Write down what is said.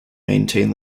maintain